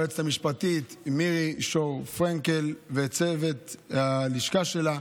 ליועצת המשפטית מירי פרנקל שור וצוות הלשכה שלה,